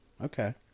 Okay